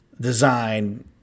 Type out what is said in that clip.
design